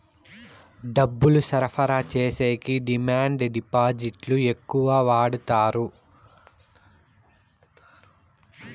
డబ్బులు సరఫరా చేసేకి డిమాండ్ డిపాజిట్లు ఎక్కువ వాడుతారు